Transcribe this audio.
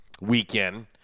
weekend